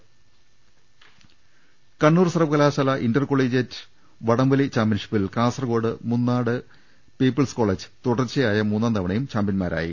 രുവെട്ടിരു കണ്ണൂർ സർവകലാശാല inter collegiate വടംവലി ചാമ്പ്യൻഷിപ്പിൽ കാസർകോട് മുന്നാട് പീപ്പിൾസ് കോളജ് തുടർച്ചയായ മൂന്നാംതവണയും ചാമ്പ്യൻമാരായി